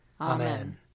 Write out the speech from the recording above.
Amen